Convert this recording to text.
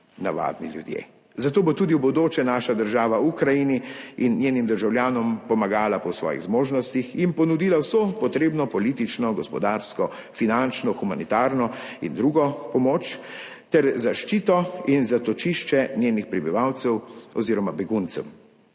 navadni ljudje. Zato bo tudi v bodoče naša država Ukrajini in njenim državljanom pomagala po svojih zmožnostih in ponudila vso potrebno politično, gospodarsko, finančno, humanitarno in drugo pomoč ter zaščito in zatočišče njenih prebivalcev oziroma beguncev.